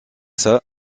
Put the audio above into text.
ça